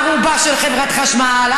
בני ערובה של חברת חשמל,